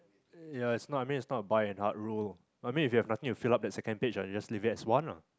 ya it's not I mean it's not a by and hard rule I mean if you have nothing to fill up that second page ah you just leave it as one ah